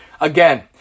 Again